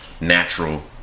natural